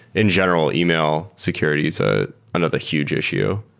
in general, email security is ah another huge issue.